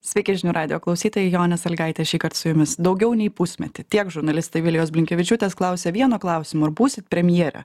sveiki žinių radijo klausytojai jonė sąlygaitė šįkart su jumis daugiau nei pusmetį tiek žurnalistai vilijos blinkevičiūtės klausė vieno klausimo ar būsit premjere